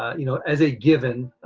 you know as a given,